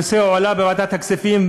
הנושא הועלה בוועדת הכספים,